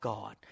God